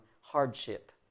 hardship